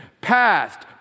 Past